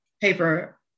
paper